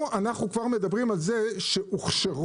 פה אנחנו מדברים על אלה שהוכשרו